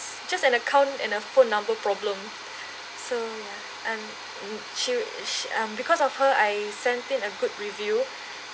just an account and a phone number problem so um she um because of her I sent in a good review